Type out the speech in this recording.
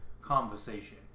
conversation